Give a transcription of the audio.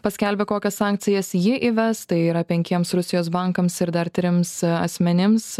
paskelbė kokias sankcijas ji įves tai yra penkiems rusijos bankams ir dar trims asmenims